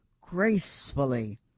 gracefully